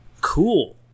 Cool